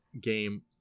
game